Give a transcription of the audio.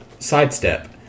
Sidestep